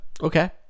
Okay